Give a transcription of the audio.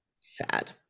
sad